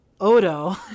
Odo